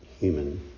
human